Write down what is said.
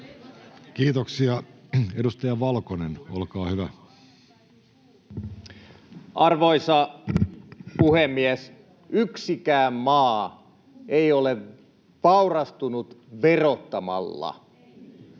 Kiitoksia. — Edustaja Valkonen, olkaa hyvä. Arvoisa puhemies! Yksikään maa ei ole vaurastunut verottamalla.